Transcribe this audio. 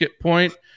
point